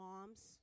moms